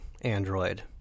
Android